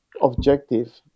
objective